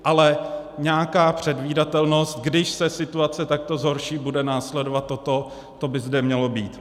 Ale nějaká předvídatelnost když se situace takto zhorší, bude následovat toto to by zde mělo být.